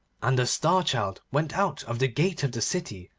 and the star-child went out of the gate of the city,